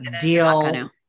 deal